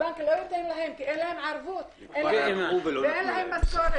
הבנק לא ייתן להם הלוואה כי אין להם ערבות ואין להם משכורת,